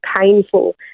painful